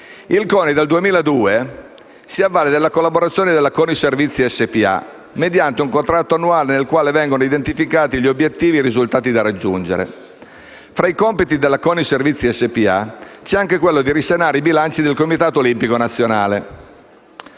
il CONI dal 2002 si avvale della collaborazione della CONI Servizi SpA, mediante un contratto annuale nel quale vengono identificati gli obiettivi e i risultati da raggiungere. Fra i compiti della CONI Servizi SpA, c'è anche quello di risanare i bilanci del Comitato olimpico nazionale.